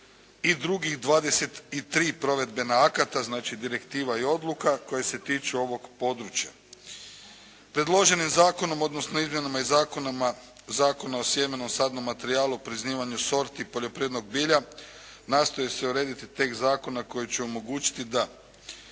i drugih 23 provedbena akata, znački direktiva i odluka koje se tiču ovoga područja. Predloženim Zakonom, odnosno Izmjenama i zakonama Zakona o sjemenu, sadnom materijalu, priznavanju sorti, poljoprivrednog bilja nastoji se urediti tekst zakona koji će omogućiti da